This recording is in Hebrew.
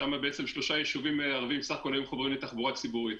שם בעצם שלושה יישובים ערביים סך הכול היו מחוברים לתחבורה ציבורית.